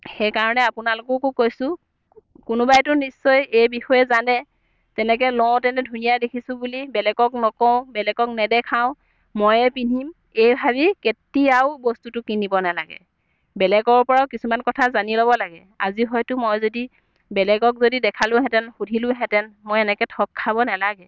সেইকাৰণে আপোনালোককো কৈছোঁ কোনোবাইতো নিশ্চয় এই বিষয়ে জানে তেনেকৈ লওঁতেনে ধুনীয়া দেখিছোঁ বুলি বেলেগক নকওঁ বেলেগক নেদেখাওঁ ময়ে পিন্ধিম এই ভাবি কেতিয়াও বস্তুটো কিনিব নেলাগে বেলেগৰ পৰাও কিছুমান কথা জানি ল'ব লাগে আজি হয়তো মই যদি বেলেগক যদি দেখালোহেঁতেন সুধিলোহেঁতেন মই এনেকৈ ঠগ খাব নেলাগে